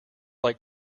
like